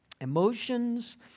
emotions